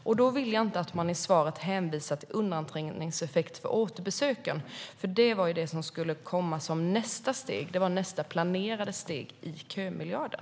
Jag vill inte att Niklas Karlsson i svaret hänvisar till undanträngningseffekt för återbesöken, för det var det som skulle komma som nästa steg. Det var nästa planerade steg i kömiljarden.